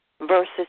versus